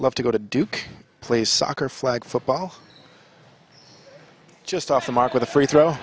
love to go to duke plays soccer flag football just off the mark with a free throw